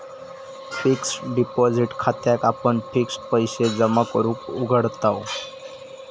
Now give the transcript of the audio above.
fixed deposit खात्याक आपण fixed पैशे जमा करूक उघडताव